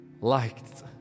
liked